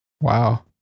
Wow